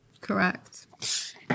Correct